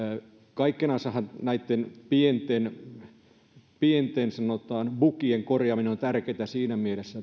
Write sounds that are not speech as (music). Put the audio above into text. kaikkenansahan näitten pienten pienten sanotaan bugien korjaaminen on tärkeää siinä mielessä (unintelligible)